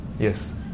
Yes